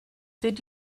did